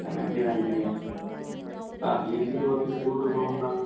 അങ്ങനെ ചെയ്താൽ മതി ഇല്ലേ ബാക്കി ഇതിൻ്റെ കുറച്ച് ബുദ്ധിമുട്ടുകളും ഉണ്ടാകും